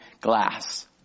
glass